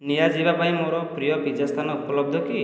ନିଆଯିବା ପାଇଁ ମୋର ପ୍ରିୟ ପିଜା ସ୍ଥାନ ଉପଲବ୍ଧ କି